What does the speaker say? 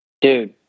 Dude